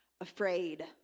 afraid